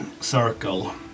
circle